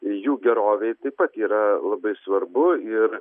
jų gerovei taip pat yra labai svarbu ir